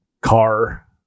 car